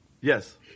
yes